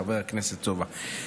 חבר הכנסת סובה.